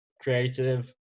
creative